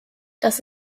das